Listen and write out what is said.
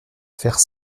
faire